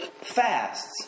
fasts